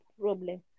problem